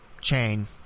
chain